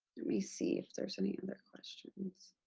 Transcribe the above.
let me see if there's any other questions.